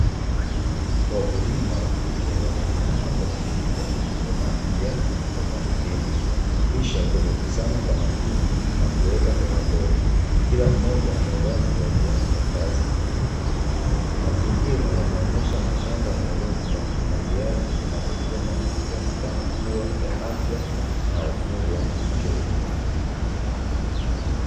Wakulima wa kike wameinama kwa bidii wakivuna viazi kutoka ardhini kisha kuvikusanya kwa makini na kuweka kwenye ndoo, kila mmoja amevaa mavazi yake ya kazi. Mazingira yanaonyesha mashamba yenye rutuba na viazi vinavyovunwa vinaonyesha kuwa vyenye afya na ukubwa mzuri.